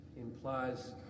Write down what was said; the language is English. implies